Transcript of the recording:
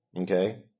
okay